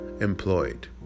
employed